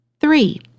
Three